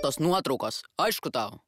tos nuotraukos aišku tau